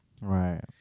Right